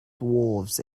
dwarves